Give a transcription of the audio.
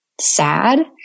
sad